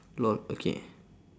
lol okay